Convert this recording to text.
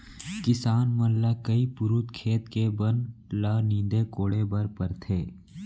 किसान मन ल कई पुरूत खेत के बन ल नींदे कोड़े बर परथे